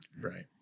Right